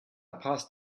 passed